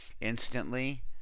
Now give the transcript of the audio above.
instantly